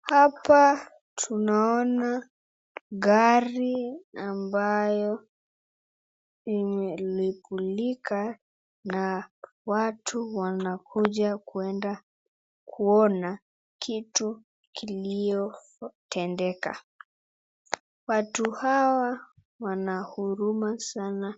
Hapa tunaona gari ambayo imelipulika na watu wanakuja kwenda kuona kitu kilichotendeka. Watu hawa wana huruma sana